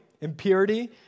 impurity